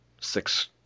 six